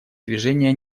движения